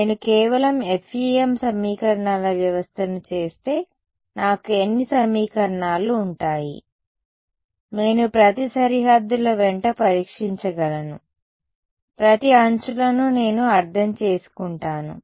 కాబట్టి నేను కేవలం FEM సమీకరణాల వ్యవస్థను చేస్తే నాకు ఎన్ని సమీకరణాలు ఉంటాయి నేను ప్రతి సరిహద్దుల వెంట పరీక్షించగలను ప్రతి అంచులను నేను అర్థం చేసుకుంటాను